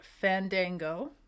Fandango